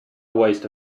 waste